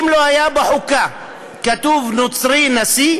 אם לא היה כתוב בחוקה "נשיא נוצרי",